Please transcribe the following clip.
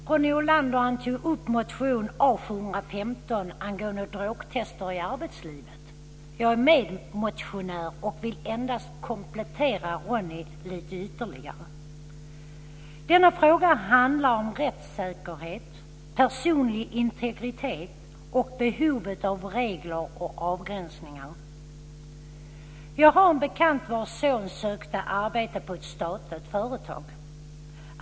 Fru talman! Ronny Olander tog upp motion A715 angående drogtest i arbetslivet. Jag är medmotionär och vill endast komplettera det Ronny Olander sade lite ytterligare. Denna fråga handlar om rättssäkerhet, personlig integritet och behovet av regler och avgränsningar. Jag har en bekant vars son sökte arbete på ett statligt företag.